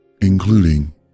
including